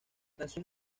canción